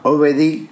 Obedi